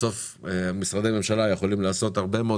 בסוף משרדי הממשלה יכולים לעשות הרבה מאוד